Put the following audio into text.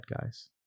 guys